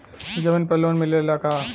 जमीन पर लोन मिलेला का?